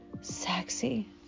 Sexy